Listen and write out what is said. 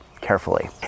carefully